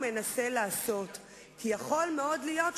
מציע לך את זה כיושב-ראש הכנסת שיכול לחבר היום,